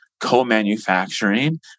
co-manufacturing